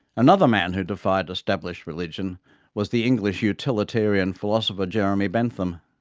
another man who defied established religion was the english utilitarian philosopher jeremy bentham.